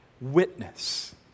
Witness